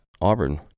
Auburn